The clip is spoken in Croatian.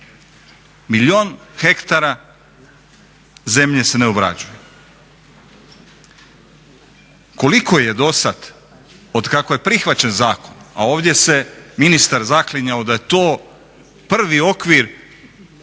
Milijun hektara zemlje se ne obrađuje. Koliko je dosad otkako je prihvaćen zakon, a ovdje se ministar zaklinjao da je to prvi okvir